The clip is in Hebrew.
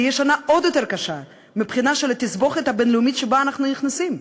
תהיה שנה עוד יותר קשה מבחינת התסבוכת הבין-לאומית שאליה אנחנו נכנסים.